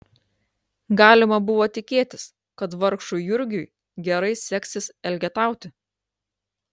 galima buvo tikėtis kad vargšui jurgiui gerai seksis elgetauti